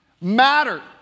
matter